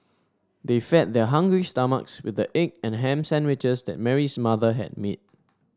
they fed their hungry stomachs with the egg and ham sandwiches that Mary's mother had made